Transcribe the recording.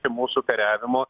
kaip mūsų kariavimo